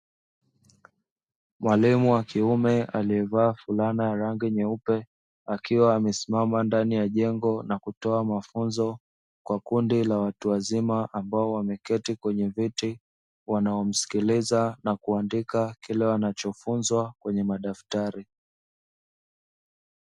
Mwalimu wa kiume aliyevaa fulana ya rangi nyeupe, akiwa amesimama ndani ya jengo na kutoa mafunzo kwa kundi la watu wazima, ambao wameketi kwenye viti wanaomsikiliza na kuandika kile wanachofunzwa kwenye madaftari.